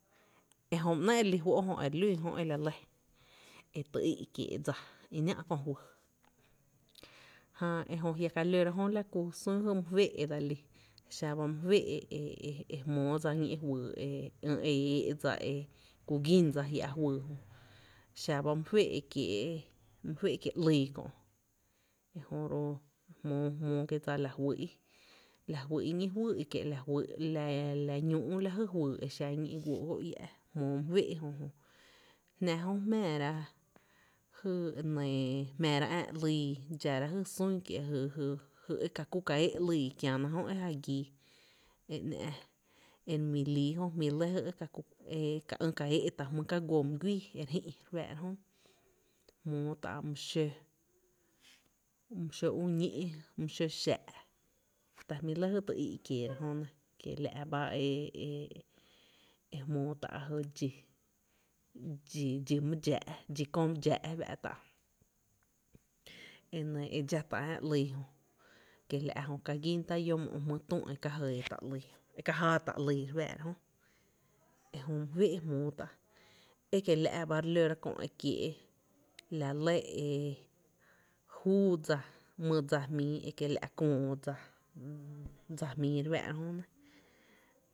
Ejöba ‘néé’ e lí fó’ e re lú’n jö e la lɇ e tý í’ kiee’ dsa i náá’ köö fyy, jää ejö jia’ ka lóra jö, la kú sún jy mý féé’ e dse lí, xaba my féé’ e jmóó dsa ñí’ fyy e e í? e éé’dsa e ku gin dsa jia’ fyy, xaba mý féé’ kiéé’ ‘lyy kö’ ejö ro’ jmóó kie’ dsa la juyý’ ñí’ fyy, ekiela’ la fyy’ guoo’ go iä’ e jmóó my féé’ jö, jná jö jmⱥⱥra jy nɇɇ, jmⱥⱥra ää ‘lii, dxara jy sún kié’ e ka kú ka éé’ ‘lii kiäna jö e ja gii, e ‘ná’ e re mi líí jö jmí’ lɇ jy e ka kuu’ ka éé’ ta’ jmy ka guó my guíí e re Jï’ RE Fⱥⱥ’ra jö nɇ, jmóó tá’ my xó, my xó üü ñí’, my xó xaa’ ta jmí lɇ jy tï í’ kieera jö nɇ, kiela’ ba e e jmóó tá’ jy dxi, dxi my dxáá’ dxi kö dxáá’ fa’tá’, kiela’ jö ka gín tá’ lló’ mó’ jmýý tü e ka jɇɇ tá’ ‘lyy, e ka jáátá’ ‘lii re fⱥⱥ’ra jö ejö my féé’ jmóó tá’, ekiela’ ba re lóra kö’ e kiee’ la lɇ e júú dsa mý dsa jmíí e kiela’ küü dsa mý dsa jmíí re fⱥⱥ’ra jö nɇ.